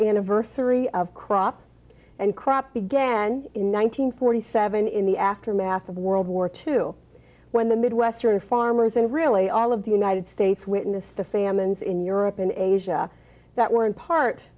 anniversary of crops and crops began in one nine hundred forty seven in the aftermath of world war two when the midwestern farmers and really all of the united states witnessed the famines in europe in asia that were in part